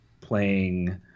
playing